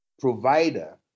provider